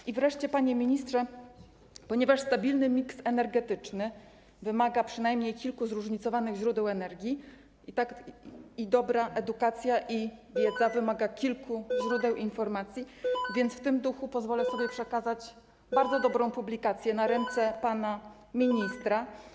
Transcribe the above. I wreszcie, panie ministrze, tak jak stabilny miks energetyczny wymaga przynajmniej kilku zróżnicowanych źródeł energii, tak i dobra edukacja i wiedza wymagają kilku źródeł informacji, więc w tym duchu pozwolę sobie przekazać bardzo dobrą publikację na ręce pana ministra.